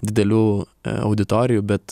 didelių auditorijų bet